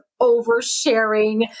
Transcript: oversharing